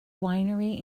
winery